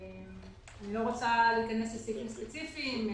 אני לא רוצה להיכנס לסעיפים ספציפיים,